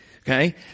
Okay